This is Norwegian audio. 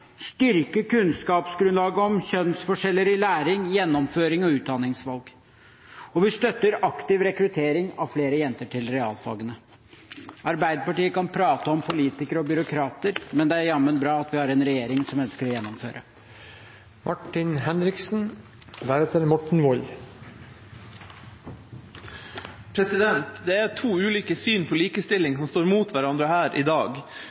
kunnskapsgrunnlaget om kjønnsforskjeller i læring, gjennomføring og utdanningsvalg, og vi støtter aktiv rekruttering av flere jenter til realfagene. Arbeiderpartiet kan prate om politikere og byråkrater, men det er jammen bra vi har en regjering som ønsker å gjennomføre. Det er to ulike syn på likestilling som står mot hverandre her i dag.